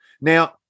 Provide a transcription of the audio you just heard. Now